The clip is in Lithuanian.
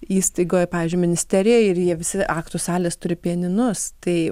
įstaigoje pavyzdžiui ministerijoj ir jie visi aktų salės turi pianinus tai